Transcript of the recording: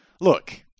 look